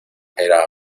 era